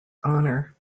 honour